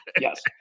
Yes